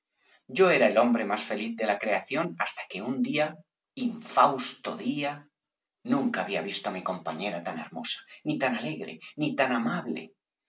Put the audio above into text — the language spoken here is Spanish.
yo era el hombre más feliz de la creación hasta que un día infausto día nunca había visto á mi compañera tan hermosa ni tan alegre ni tan amable